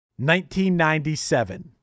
1997